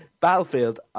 Battlefield